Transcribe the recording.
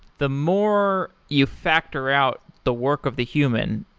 the more you factor out the work of the human,